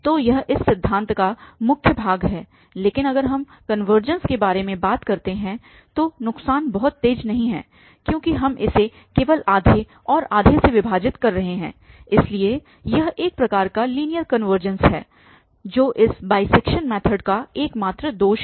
तो यह इस पद्धति का मुख्य लाभ है लेकिन अगर हम कनवर्जेंस के बारे में बात करते हैं तो नुकसान बहुत तेज नहीं है क्योंकि हम इसे केवल आधे और आधे से विभाजित कर रहे हैं इसलिए यह एक प्रकार का लीनियर कनवर्जेंस है जो इस बाइसैक्शन मैथड का एकमात्र दोष है